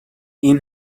این